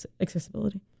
accessibility